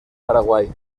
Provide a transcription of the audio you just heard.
paraguay